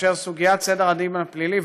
סוגיית סדר הדין הפלילי,